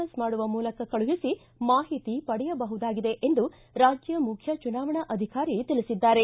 S ಮಾಡುವ ಮೂಲಕ ಕಳುಹಿಸಿ ಮಾಹಿತಿ ಪಡೆಯಬಹುದಾಗಿದೆ ಎಂದು ರಾಜ್ಯ ಮುಖ್ಯ ಚುನಾವಣಾ ಅಧಿಕಾರಿ ತಿಳಿಸಿದ್ದಾರೆ